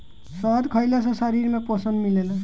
शहद खइला से शरीर में पोषण मिलेला